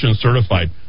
certified